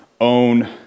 own